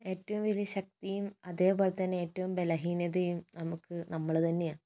ഏറ്റവും വലിയ ശക്തിയും അതുപോലെ ഏറ്റവും വലിയ ബലഹീനതയും നമുക്ക് നമ്മൾ തന്നെയാ